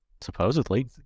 Supposedly